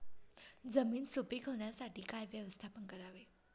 जमीन सुपीक होण्यासाठी काय व्यवस्थापन करावे?